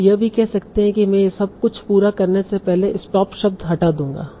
आप यह भी कह सकते हैं कि मैं यह सब पूरा करने से पहले स्टॉप शब्द हटा दूंगा